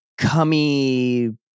cummy